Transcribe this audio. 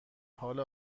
حال